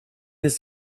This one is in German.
ist